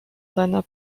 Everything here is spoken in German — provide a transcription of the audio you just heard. seiner